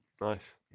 Nice